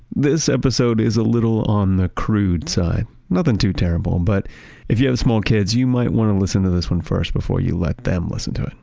this episode is a little on the crude side. nothing too terrible, but if you have small kids you might want to listen to this one first before you let them listen to it.